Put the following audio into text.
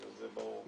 זה ברור.